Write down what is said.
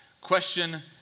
Question